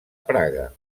praga